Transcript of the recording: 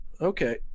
Okay